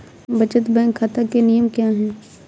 बचत बैंक खाता के नियम क्या हैं?